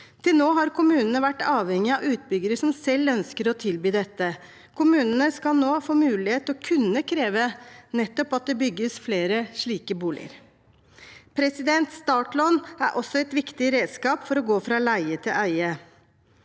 Til nå har kommunene vært avhengig av utbyggere som selv ønsker å tilby dette. Kommunene skal nå få mulighet til å kunne kreve nettopp at det bygges flere slike boliger. Startlån er også et viktig redskap for å gå fra leie til eie.